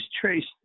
traced